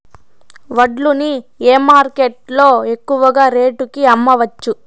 వడ్లు ని ఏ మార్కెట్ లో ఎక్కువగా రేటు కి అమ్మవచ్చు?